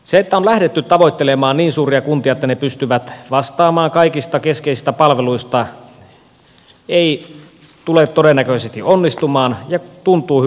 se että on lähdetty tavoittelemaan niin suuria kuntia että ne pystyvät vastaamaan kaikista keskeisistä palveluista ei tule todennäköisesti onnistumaan ja tuntuu hyvin epärealistiselta